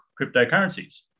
cryptocurrencies